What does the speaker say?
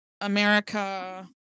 america